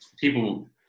people